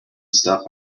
stuff